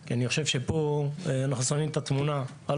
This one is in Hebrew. כי אני חושב שפה אנחנו שמים את התמונה של